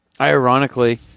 Ironically